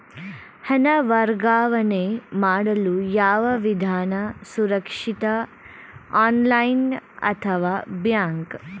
ಹಣ ವರ್ಗಾವಣೆ ಮಾಡಲು ಯಾವ ವಿಧಾನ ಸುರಕ್ಷಿತ ಆನ್ಲೈನ್ ಅಥವಾ ಬ್ಯಾಂಕ್?